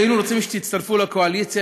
היינו רוצים שתצטרפו לקואליציה,